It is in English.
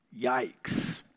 Yikes